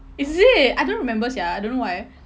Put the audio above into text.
is it I don't remember sia I don't know why